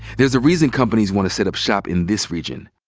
there's a reason companies wanna set up shop in this region.